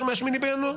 מבקשים לא להפריע לדובר.